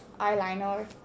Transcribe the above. eyeliner